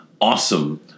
awesome